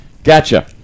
Gotcha